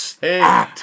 Hey